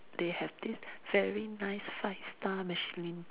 they have this very nice five star Michelin